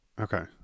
Okay